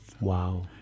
Wow